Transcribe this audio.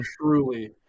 Truly